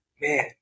man